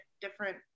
different